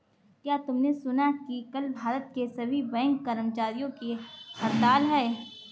क्या तुमने सुना कि कल भारत के सभी बैंक कर्मचारियों की हड़ताल है?